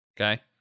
Okay